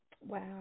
wow